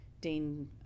Dean